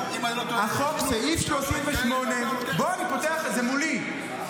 --- אני פותח את זה, זה מולי.